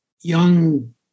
young